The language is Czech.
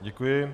Děkuji.